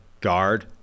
guard